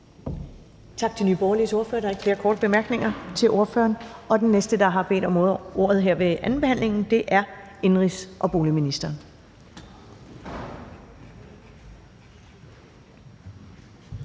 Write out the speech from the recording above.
Tak til Nye Borgerliges ordfører. Der er ikke flere korte bemærkninger til ordføreren. Den næste, der har bedt om ordet her ved andenbehandlingen, er indenrigs- og boligministeren.